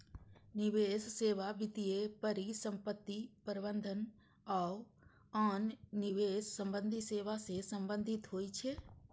निवेश सेवा वित्तीय परिसंपत्ति प्रबंधन आ आन निवेश संबंधी सेवा सं संबंधित होइ छै